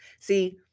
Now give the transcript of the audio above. See